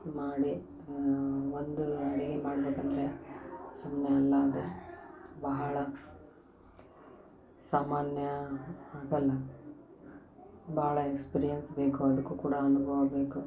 ಮಾಡಿ ಒಂದು ಅಡಿಗೆ ಮಾಡ್ಬೇಕು ಅಂದರೆ ಸುಮ್ಮನೆ ಅಲ್ಲ ಅದು ಬಹಳ ಸಾಮಾನ್ಯ ಆಗಲ್ಲ ಭಾಳ ಎಕ್ಸ್ಪೀರಿಯನ್ಸ್ ಬೇಕು ಅದಕ್ಕು ಕೂಡ ಅನುಭವ ಬೇಕು